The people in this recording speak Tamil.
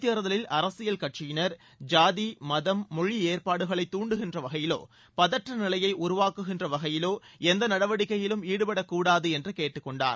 தேர்தலில் அரசியல் கட்சியினர் சாதி மதம் மொழி ஏற்பாடுகளை தூண்டுகிற வகையிலோ பதற்ற நிலையை உருவாக்குகிற வகையிலோ எந்த நடவடிக்கையிலும் ஈடுபடக் கூடாது என்று கேட்டுக் கொன்டார்